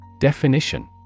Definition